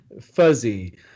Fuzzy